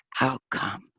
outcome